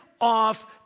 off